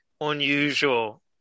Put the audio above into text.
unusual